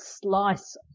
slice